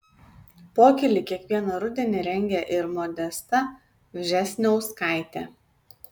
pokylį kiekvieną rudenį rengia ir modesta vžesniauskaitė